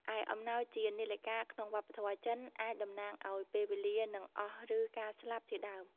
ឯអំណោយជា នាឡិកា ក្នុងវប្បធម៌ចិន អាចតំណាងឲ្យ ពេលវេលានឹងអស់ ឬ ការស្លាប់ ជាដើម។